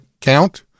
count